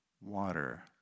Water